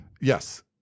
Yes